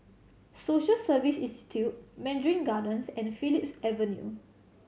Social Service Institute Mandarin Gardens and Phillips Avenue